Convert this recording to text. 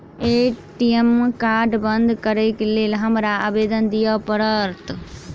ATM card बंद करैक लेल हमरा आवेदन दिय पड़त?